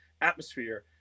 atmosphere